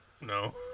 no